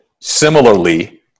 Similarly